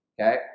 okay